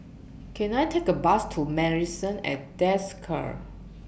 Can I Take A Bus to Marrison At Desker